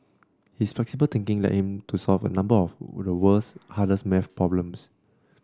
his flexible thinking led him to solve a number of the world's hardest maths problems